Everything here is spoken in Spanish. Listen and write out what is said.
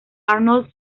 llamado